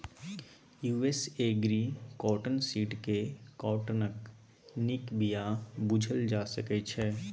US agri cotton seed केँ काँटनक नीक बीया बुझल जा सकै छै